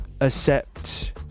accept